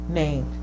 name